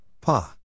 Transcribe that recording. Pa